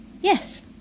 yes